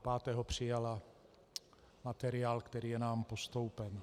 Pátého přijala materiál, který je nám postoupen.